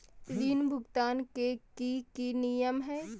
ऋण भुगतान के की की नियम है?